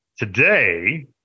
Today